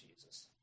Jesus